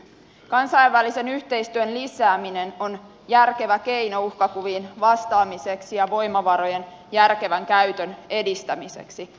kansainvälisen yhteistyön lisääminen on järkevä keino uhkakuviin vastaamiseksi ja voimavarojen järkevän käytön edistämiseksi